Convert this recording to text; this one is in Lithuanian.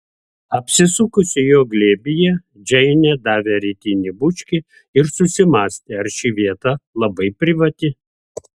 apsisukusi jo glėbyje džeinė davė rytinį bučkį ir susimąstė ar ši vieta labai privati